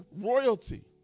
royalty